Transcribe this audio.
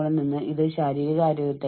മാനസികാരോഗ്യം എന്നാൽ മനസിന്റെ ആരോഗ്യം